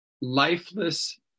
lifeless